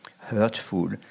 hurtful